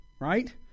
right